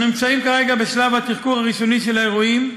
אנו נמצאים כרגע בשלב התחקור הראשוני של האירועים.